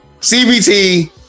CBT